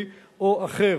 או על בסיס רפואי,